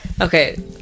Okay